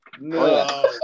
No